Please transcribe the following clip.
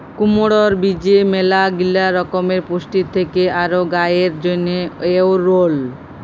কুমড়র বীজে ম্যালাগিলা রকমের পুষ্টি থেক্যে আর গায়ের জন্হে এঔরল